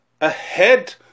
ahead